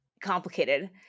complicated